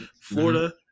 Florida